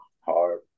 hard